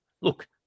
look